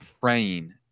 praying